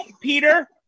Peter